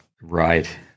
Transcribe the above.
right